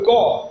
God